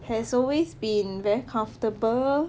has always been very comfortable